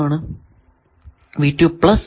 എന്നത് നിലനില്കുകന്നു